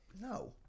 No